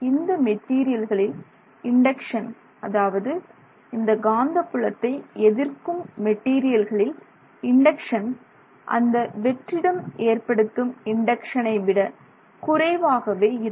இந்த மெட்டீரியல்களில் இண்டக்சன் அதாவது இந்த காந்தப்புலத்தை எதிர்க்கும் மெட்டீரியல்களில் இண்டக்சன் அந்த வெற்றிடம் ஏற்படுத்தும் இண்டக்சனை விட குறைவாகவே இருக்கும்